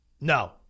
No